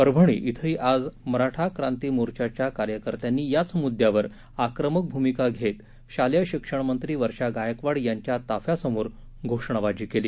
परभणी इथंही आज मराठी क्रांती मोर्चाच्या कार्यकर्त्यांनी याच मुद्दयावर आक्रमक भूमिका घेत शालेय शिक्षणमंत्री वर्षा गायकवाड यांच्या ताफ्यासमोर घोषणाबाजी केली